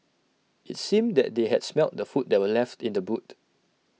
IT seemed that they had smelt the food that were left in the boot